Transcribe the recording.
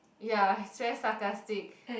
ya he's very sarcastic